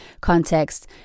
context